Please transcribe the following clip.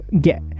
get